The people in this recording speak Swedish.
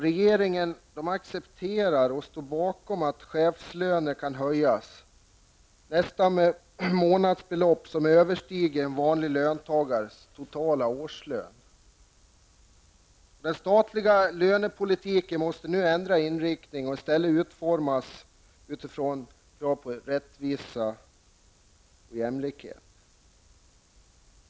Regeringen accepterar och står bakom att chefslöner nästan kan höjas med månadsbelopp som överstiger en vanlig löntagares totala årslön. Den statliga lönepolitiken måste nu ändra inriktning och i stället utformas utifrån krav på jämlikhet och rättvisa.